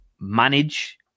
manage